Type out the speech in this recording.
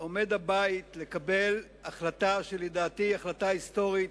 עומד הבית לקבל החלטה שלדעתי היא החלטה היסטורית,